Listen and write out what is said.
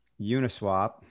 Uniswap